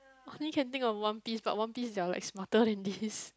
only can think of One-Piece but One-Piece dialogue is smarter than this